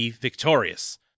victorious